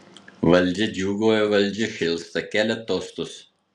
valdžia džiūgauja valdžia šėlsta kelia tostus